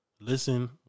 listen